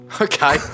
Okay